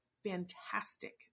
fantastic